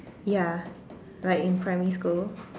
ya like in primary school